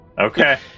okay